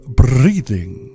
breathing